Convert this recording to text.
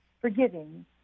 forgiving